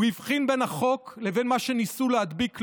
הוא הבחין בין החוק לבין מה שניסו להדביק לו,